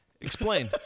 Explain